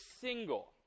single